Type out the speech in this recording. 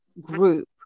group